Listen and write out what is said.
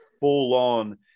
full-on